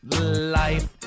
life